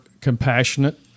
compassionate